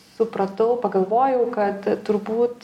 supratau pagalvojau kad turbūt